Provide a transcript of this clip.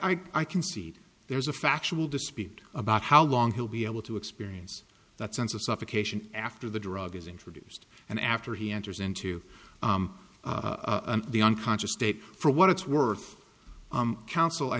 l i concede there's a factual dispute about how long he'll be able to experience that sense of suffocation after the drug is introduced and after he enters into the unconscious state for what it's worth